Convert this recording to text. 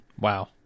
Wow